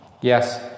yes